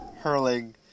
hurling